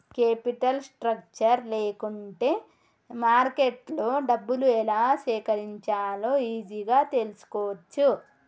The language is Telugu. కేపిటల్ స్ట్రక్చర్ లేకుంటే మార్కెట్లో డబ్బులు ఎలా సేకరించాలో ఈజీగా తెల్సుకోవచ్చు